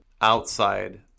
outside